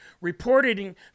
reporting